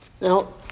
Now